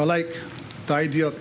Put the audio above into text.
i like the idea of